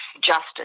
justice